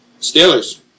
Steelers